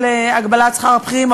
של הגבלת שכר הבכירים,